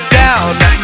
down